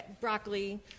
Broccoli